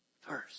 first